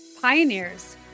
pioneers